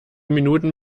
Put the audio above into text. minuten